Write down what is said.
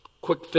quick